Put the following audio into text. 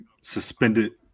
suspended